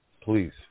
please